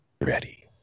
ready